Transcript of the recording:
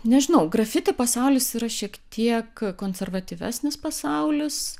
nežinau grafiti pasaulis yra šiek tiek konservatyvesnis pasaulis